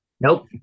Nope